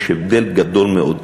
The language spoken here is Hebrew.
יש הבדל גדול מאוד.